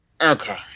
Okay